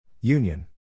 Union